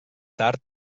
tard